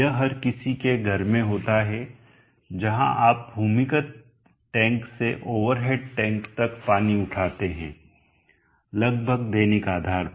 यह हर किसी के घर में होता है जहाँ आप भूमिगत टैंक से ओवर हेड टैंक तक पानी उठाते हैं लगभग दैनिक आधार पर